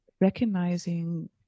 recognizing